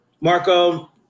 Marco